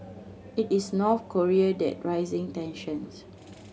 it is North Korea that raising tensions